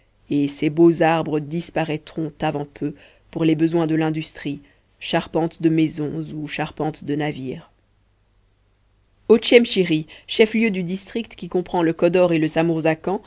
et ces beaux arbres disparaîtront avant peu pour les besoins de l'industrie charpentes de maisons ou charpentes de navires otchemchiri chef-lieu du district qui comprend le kodor et le